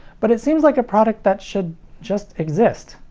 but it seems like a product that should just exist.